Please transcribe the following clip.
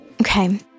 Okay